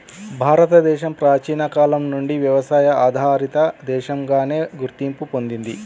భారతదేశం ప్రాచీన కాలం నుంచి వ్యవసాయ ఆధారిత దేశంగానే గుర్తింపు పొందింది